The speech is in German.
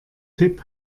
tipp